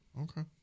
Okay